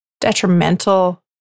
detrimental